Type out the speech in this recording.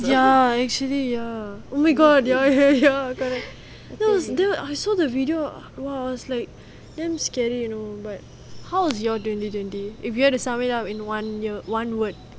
ya actually ya oh my god ya ya ya correct that was then I saw the video !wah! I was like damn scary like you know but how was your twenty twenty if you have to sum it up in one word